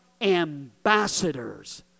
ambassadors